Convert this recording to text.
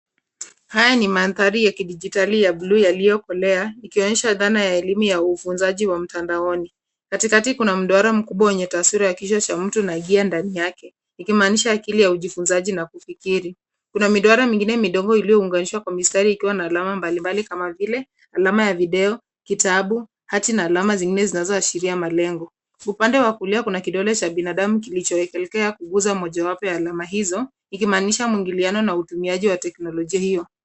Haya ni mandhari ya kidijitali ya blue yaliyokolea ikionyesha dhana ya elimu ya ufunzaji wa mtandaoni. Katikati kuna mdoa mkubwa wenye taswira ya kicho cha mtu na gia ndani yake, ikimaanisha akili ya ujifunzaji na kufikiri. Kuna midoara mingine midogo iliyounganishwa kwa mistari ikiwa na alama mbalimbali kama vile alama ya video, kitabu hadi na alama zingine zinazoashiria malengo. Upande wa kulea kuna kidole cha binadamu kilichoekelekea kuguza mojawapo ya alama hizo ikimaanisha mungiliano na utumiaji wa teknolojia hiyo.